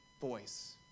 voice